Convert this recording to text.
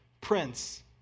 Prince